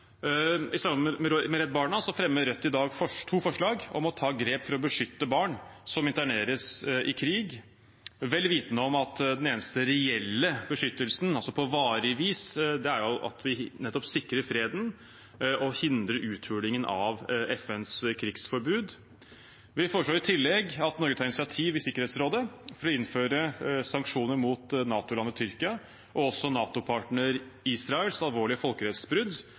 med Redd Barna fremmer Rødt i dag to forslag om å ta grep for å beskytte barn som interneres i krig, vel vitende om at den eneste reelle beskyttelsen, altså på varig vis, er at vi sikrer freden og hindrer uthulingen av FNs krigsforbud. Vi foreslår i tillegg at Norge tar initiativ i Sikkerhetsrådet for å innføre sanksjoner mot NATO-landet Tyrkia og også NATO-partner Israels alvorlige folkerettsbrudd.